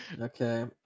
Okay